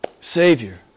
Savior